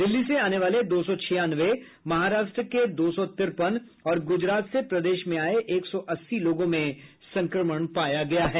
दिल्ली से आने वाले दो सौ छियानवे महाराष्ट्र के दो सौ तिरपन और गुजरात से प्रदेश में आये एक सौ अस्सी लोगों में संक्रमण पाया गया है